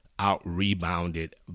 out-rebounded